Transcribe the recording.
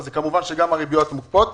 אז כמובן שגם הריביות מוקפאות.